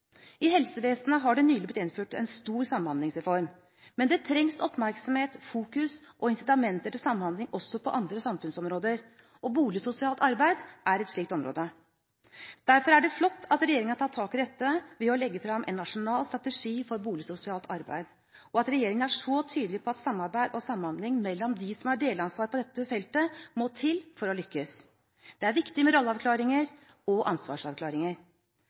I helsevesenet har det nylig blitt innført en stor samhandlingsreform, men det trengs oppmerksomhet, fokus og incitamenter til samhandling også på andre samfunnsområder. Boligsosialt arbeid er et slikt område. Derfor er det flott at regjeringen har tatt tak i dette ved å legge frem en Nasjonal strategi for boligsosialt arbeid, og at regjeringen er så tydelig på at samarbeid og samhandling mellom dem som har delansvar på dette feltet, må til for å lykkes. Det er viktig med rolleavklaringer og ansvarsavklaringer.